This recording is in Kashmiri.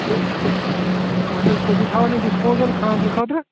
تہٕ اہَن حظ تُہۍ چھُ تھاوان اَتہِ ڈِسپوزَل خاندَرٕ خٲطرٕ